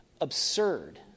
absurd